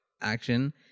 action